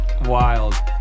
Wild